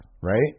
right